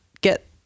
get